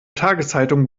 tageszeitung